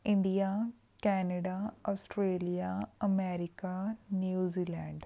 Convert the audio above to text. India Canada Australia America New Zealand